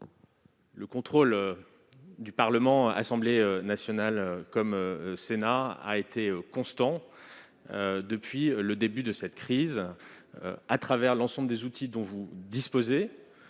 le contrôle du Parlement, Assemblée nationale comme Sénat, a été constant depuis le début de cette crise à travers l'ensemble des outils dont les